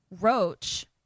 Roach